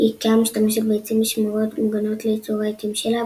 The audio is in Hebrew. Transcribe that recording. איקאה משתמשת בעצים משמורות מוגנות לייצור רהיטים שלה,